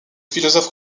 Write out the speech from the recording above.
philosophe